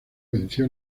venció